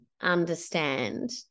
understand